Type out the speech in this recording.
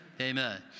Amen